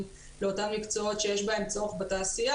באותם מקצועות שיש בהם צורך לתעשייה.